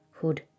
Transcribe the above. hood